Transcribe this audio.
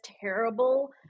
terrible